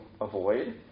avoid